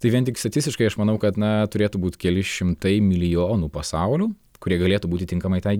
tai vien tik statistiškai aš manau kad na turėtų būt keli šimtai milijonų pasaulių kurie galėtų būti tinkamai tai